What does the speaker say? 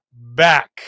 back